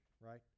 right